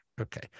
okay